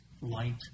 light